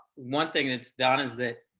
one thing it's done is that,